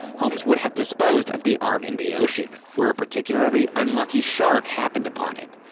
holmes would have disposed of the arm in the ocean, where a particularly unlucky shark happened upon it.